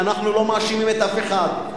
ואנחנו לא מאשימים את אף אחד.